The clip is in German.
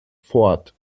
fort